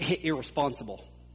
irresponsible